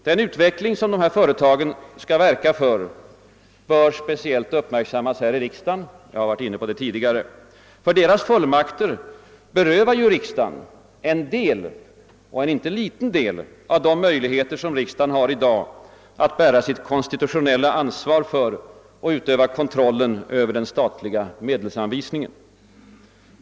Den utveckling som dessa företag skall verka för bör speciellt uppmärksammas här i riksdagen — jag har varit inne på det tidigare — då ju deras fullmakter berövar riksdagen en del, och en inte liten del, av de möjligheter som riksdagen i dag har att bära sitt konstitutionella ansvar för och utöva kontroll över den statliga medelsanvisningen.